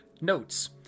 Notes